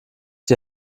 die